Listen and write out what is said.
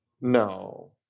No